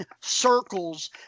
circles